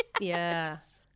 Yes